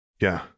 Yeah